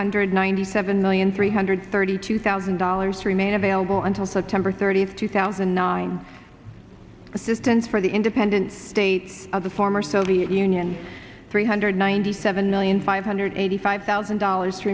hundred ninety seven million three hundred thirty two thousand dollars remain available until september thirtieth two thousand and nine assistance for the independent states of the former soviet union three hundred ninety seven million five hundred eighty five thousand dollars to